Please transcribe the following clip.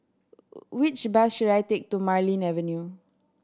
which bus should I take to Marlene Avenue